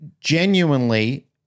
genuinely